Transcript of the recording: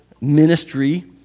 ministry